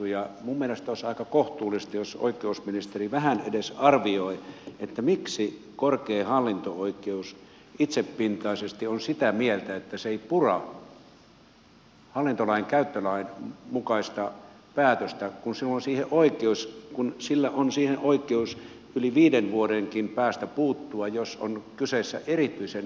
minun mielestäni olisi aika kohtuullista jos oikeusministeri vähän edes arvioi miksi korkein hallinto oikeus itsepintaisesti on sitä mieltä että se ei pura hallintolainkäyttölain mukaista päätöstä kun sillä on siihen oikeus yli viiden vuodenkin päästä puuttua jos on kyseessä erityisen painavia syitä